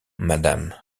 madame